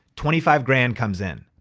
twenty five grand comes in.